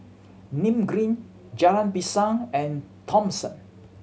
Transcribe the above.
Nim Green Jalan Pisang and Thomson